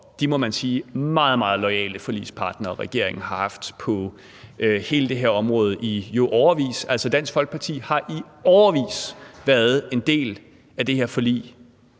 meget loyale forligspartnere, regeringen har haft på hele det her område i, jo, årevis. Altså, Dansk Folkeparti har i årevis været en del af det her forlig.